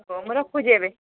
ହଉ ମୁଁ ରଖୁଛି ଏବେ